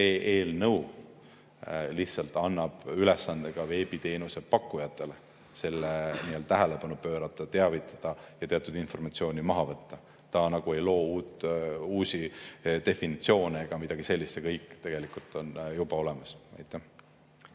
See eelnõu lihtsalt annab ülesande ka veebiteenuse pakkujatele sellele tähelepanu pöörata, teavitada ja teatud informatsiooni maha võtta. Ta ei loo uusi definitsioone ega midagi sellist, see kõik tegelikult on juba olemas. Urmas